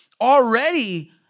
Already